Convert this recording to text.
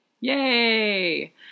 yay